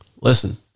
listen